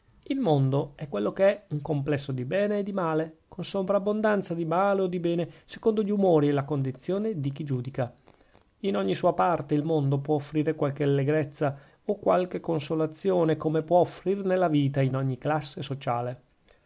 il mondo è quello che è un complesso di bene e di male con sovrabbondanza di male o di bene secondo gli umori e la condizione di chi giudica in ogni sua parte il mondo può offrire qualche allegrezza o qualche consolazione come può offrirne la vita in ogni classe sociale